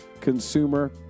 consumer